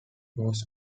was